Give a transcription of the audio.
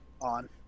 on